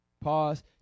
Pause